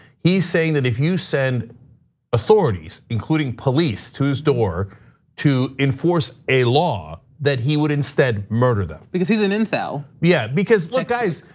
he's saying that if you send authorities, including police to his door to enforce a law, that he would instead murder them. because he's an intel. yeah because look guys,